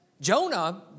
Jonah